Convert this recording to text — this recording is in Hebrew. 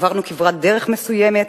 עברנו כברת דרך מסוימת,